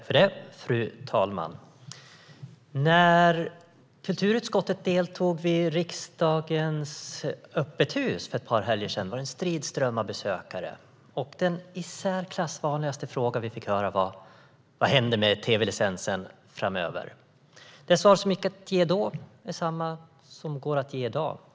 Fru talman! När kulturutskottet deltog vid öppet hus i riksdagen för ett par helger sedan var det en strid ström av besökare. Den i särklass vanligaste frågan vi fick var: Vad händer med tv-licensen framöver? Det svar som gick att ge då är samma som går att ge i dag.